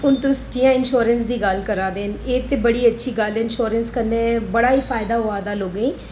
हून तुस जि'या इशोरैंस दी गल्ल करा दे एह् ते बड़ी अच्छी गल्ल दे इंशोरैंस कन्नै बड़ा ई फायदा होआ दा लोगें ई